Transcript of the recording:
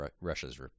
Russia's